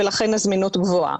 ולכן הזמינות גבוהה.